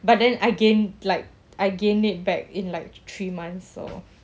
but then I gained like I gained it back in like three months so